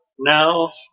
now